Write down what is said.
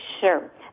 Sure